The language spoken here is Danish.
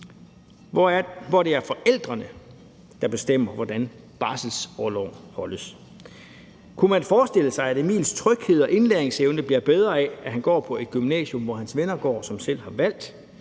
hvor det er forældrene, der bestemmer, hvordan barselsorloven holdes? Kunne man forestille sig, at Emils tryghed og indlæringsevne bliver bedre af, at han går på et gymnasium, hvor hans venner går, og som han selv har valgt?